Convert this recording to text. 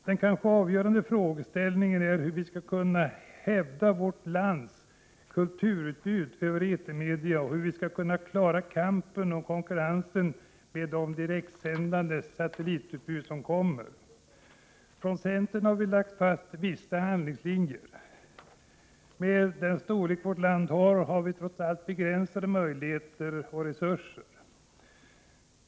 Den kanske avgörande frågeställningen är hur vi skall kunna hävda vårt lands kulturutbud över etermedierna och hur vi skall klara kampen och konkurrensen med direktsändande satellitutbud. Från centern har vi lagt fast handlingslinjer. Med den storlek vårt land har är våra resurser och möjligheter trots allt begränsade.